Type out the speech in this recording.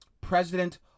President